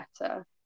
better